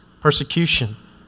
persecution